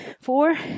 four